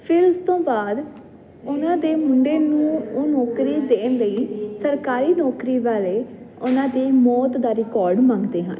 ਫਿਰ ਉਸ ਤੋਂ ਬਾਅਦ ਉਹਨਾਂ ਦੇ ਮੁੰਡੇ ਨੂੰ ਉਹ ਨੌਕਰੀ ਦੇਣ ਲਈ ਸਰਕਾਰੀ ਨੌਕਰੀ ਵਾਲੇ ਉਹਨਾਂ ਦੇ ਮੌਤ ਦਾ ਰਿਕਾਰਡ ਮੰਗਦੇ ਹਨ